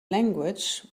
language